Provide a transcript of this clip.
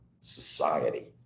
society